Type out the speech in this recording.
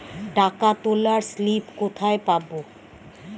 টাকা তোলার স্লিপ কোথায় পাব?